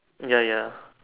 ya ya